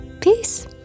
Peace